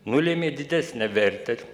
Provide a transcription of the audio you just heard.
nulėmė didesnę vertę